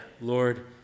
Lord